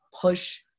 push